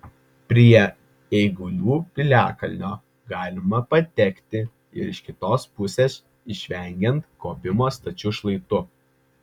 prie eigulių piliakalnio galima patekti ir iš kitos pusės išvengiant kopimo stačiu šlaitu